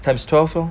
times twelve lor